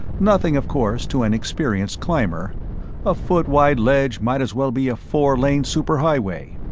nothing, of course, to an experienced climber a foot-wide ledge might as well be a four-lane superhighway.